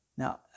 Now